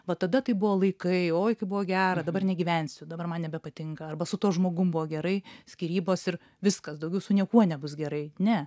va tada tai buvo laikai oi kaip buvo gera dabar negyvensiu dabar man nebepatinka arba su tuo žmogum buvo gerai skyrybos ir viskas daugiau su niekuo nebus gerai ne